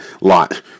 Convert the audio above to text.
lot